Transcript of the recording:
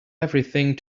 everything